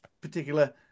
particular